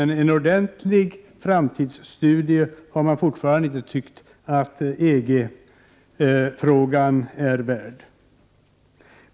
Någon ordentlig framtidsstudie har det fortfarande inte tyckt att EG-frågan är värd.